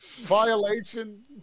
violation